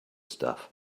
stuff